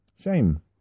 Shame